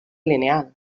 lineal